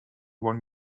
one